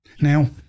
Now